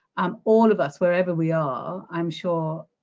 um all of us wherever we are i'm sure,